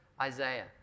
Isaiah